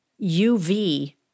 UV